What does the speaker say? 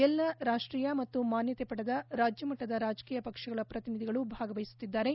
ಎಲ್ಲ ರಾಷ್ಟೀಯ ಮತ್ತು ಮಾನ್ಕತೆ ಪಡೆದ ರಾಜ್ಯ ಮಟ್ಟದ ರಾಜಕೀಯ ಪಕ್ಷಗಳ ಪ್ರತಿನಿಧಿಗಳು ಭಾಗವಹಿಸುತ್ತಿದ್ದಾರೆ